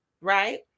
Right